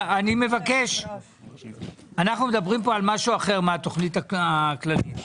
על משהו אחר מהתוכנית הכללית.